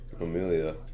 Amelia